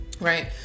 right